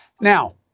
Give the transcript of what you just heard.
Now